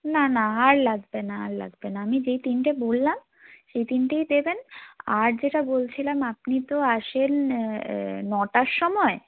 না না আর লাগবে না আর লাগবে না আমি যেই তিনটে বললাম সেই তিনটেই দেবেন আর যেটা বলছিলাম আপনি তো আসেন নটার সময়